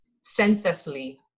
senselessly